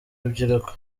rubyiruko